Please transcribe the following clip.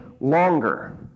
longer